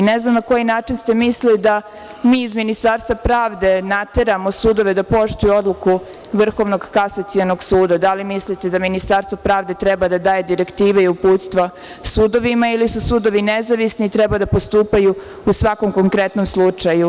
Ne znam na koji način ste mislili da mi iz Ministarstva pravde nateramo sudove da poštuju odluku VKS, da li mislite da Ministarstvo pravde treba da daje direktive i uputstva sudovima ili su sudovi nezavisni i treba da postupaju u svakom konkretnom slučaju.